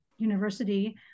university